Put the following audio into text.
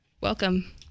Welcome